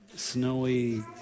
snowy